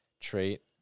trait